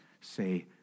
say